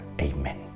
Amen